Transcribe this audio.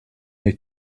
they